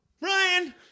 Ryan